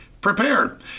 prepared